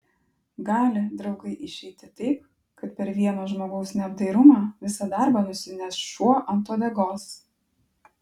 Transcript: gali draugai išeiti taip kad per vieno žmogaus neapdairumą visą darbą nusineš šuo ant uodegos